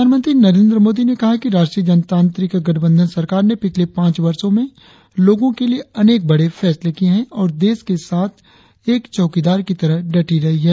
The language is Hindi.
प्रधानमंत्री नरेंद्र मोदी ने कहा है कि राष्ट्रीय जनतांत्रिक गठबंधन सरकार ने पिछले पांच वर्षो में लोगो के लिए अनेक बड़े फैसले किए है और देश के साथ एक चौकिदार की तरह डटी रही है